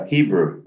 Hebrew